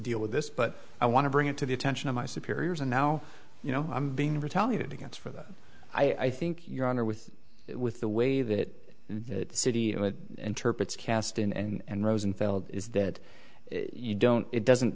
deal with this but i want to bring it to the attention of my superiors and now you know i'm being retaliated against for that i think your honor with with the way that the city interprets cast and rosenfeld is that you don't it doesn't